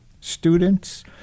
students